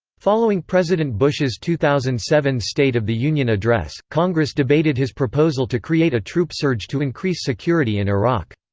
following president bush's two thousand and seven state of the union address, congress debated his proposal to create a troop surge to increase security in iraq.